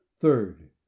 Third